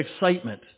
excitement